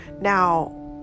now